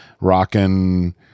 rocking